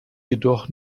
jedoch